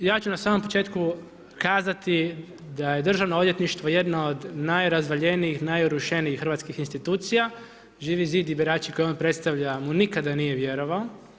Ja ću na samom početku kazati, da je Državno odvjetništvo, jedno od najrazvaljenijih, najorušenijih hrvatskih institucija, Živi zid i birači koje on predstavlja mu nikada nije vjerovao.